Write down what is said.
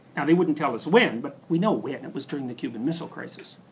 now they wouldn't tell us when, but we know when. it was during the cuban missile crisis.